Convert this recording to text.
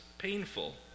painful